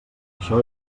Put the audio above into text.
això